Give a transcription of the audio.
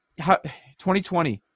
2020